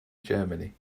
germany